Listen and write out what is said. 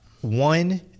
One